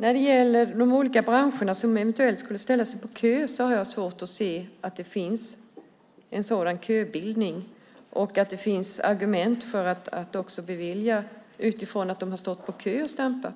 Fru talman! Jag har svårt att se att olika branscher skulle ställa sig i kö och att det skulle finnas argument för att bevilja skattesubventioner utifrån att de har stått i kö och stampat.